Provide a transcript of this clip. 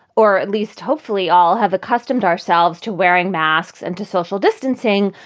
or at least hopefully all have accustomed ourselves to wearing masks and to social distancing.